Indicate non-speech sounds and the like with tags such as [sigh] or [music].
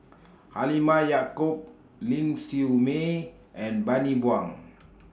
Halimah Yacob Ling Siew May and Bani Buang [noise]